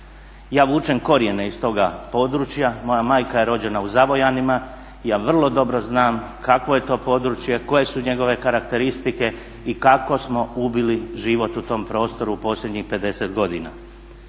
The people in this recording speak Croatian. Ja vučem korijene iz toga područja, moja majka je rođena u Zavojanima i ja vrlo dobro znam kakvo je to područje, koje su njegove karakteristike i kako smo ubili život u tom prostoru u posljednjih 50 godina.